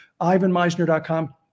ivanmeisner.com